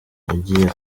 yagiye